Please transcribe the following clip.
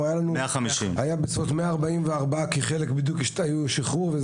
היו בסביבות 144 כי חלק השתחררו.